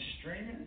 streaming